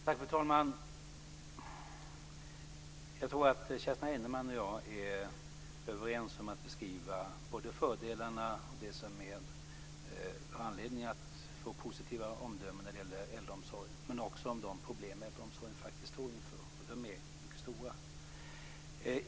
Fru talman! Jag tror att Kerstin Heinemann och jag är överens om att beskriva både fördelarna, anledningarna till att man kan få positiva omdömen när det gäller äldreomsorgen, och de problem som äldreomsorgen faktiskt står inför. De är mycket stora.